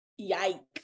yikes